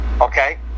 Okay